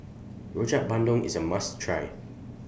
Rojak Bandung IS A must Try